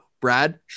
Brad